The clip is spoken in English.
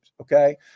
Okay